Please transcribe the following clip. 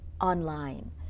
online